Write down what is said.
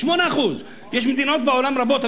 8%. יש מדינות רבות בעולם,